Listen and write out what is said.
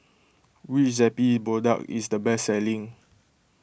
which Zappy product is the best selling